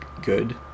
good